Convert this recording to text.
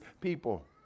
people